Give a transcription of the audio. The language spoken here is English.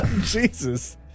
Jesus